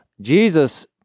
Jesus